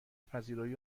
پذیرایی